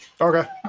Okay